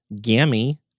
gammy